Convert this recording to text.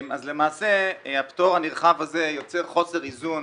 אז למעשה הפטור הנרחב הזה יוצר חוסר איזון